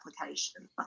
application